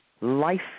life